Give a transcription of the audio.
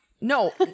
No